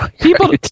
people